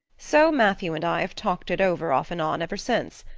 so matthew and i have talked it over off and on ever since.